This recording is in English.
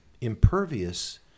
impervious